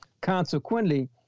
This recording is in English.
Consequently